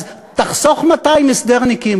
אז תחסוך 200 הסדרניקים,